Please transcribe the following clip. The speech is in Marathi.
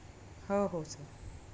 हो हो सर